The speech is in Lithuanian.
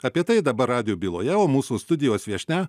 apie tai dabar radijo byloje o mūsų studijos viešnia